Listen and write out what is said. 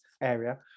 area